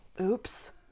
Oops